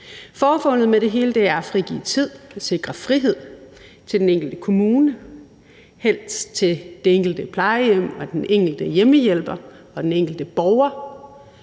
Formålet med det hele er at frigive tid og sikre frihed til den enkelte kommune, helst til det enkelte plejehjem og den enkelte hjemmehjælper og den enkelte borger.